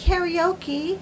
Karaoke